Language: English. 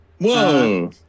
whoa